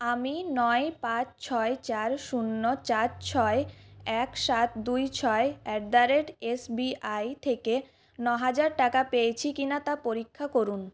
আমি নয় পাঁচ ছয় চার শূন্য চার ছয় এক সাত দুই ছয় অ্যাট দ্য রেট এসবিআই থেকে নহাজার টাকা পেয়েছি কিনা তা পরীক্ষা করুন